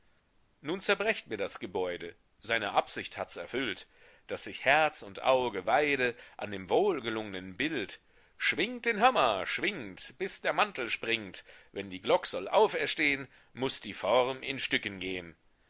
nun zerbrecht mir das gebäude seine absicht hats erfüllt daß sich herz und auge weide an dem wohlgelungnen bild schwingt den hammer schwingt bis der mantel springt wenn die glock soll auferstehen muß die form in stücken gehen